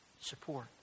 support